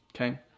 Okay